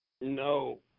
No